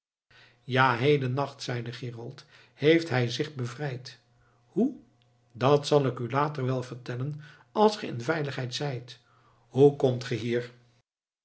ja heden nacht zeide gerold heeft hij zich bevrijd hoe dat zal ik u later wel vertellen als ge in veiligheid zijt hoe komt ge hier